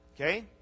Okay